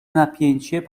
napięcie